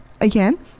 again